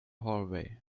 hallway